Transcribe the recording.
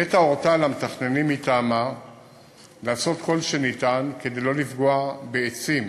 נת"ע הורתה למתכננים מטעמה לעשות כל שניתן כדי שלא לפגוע בעצים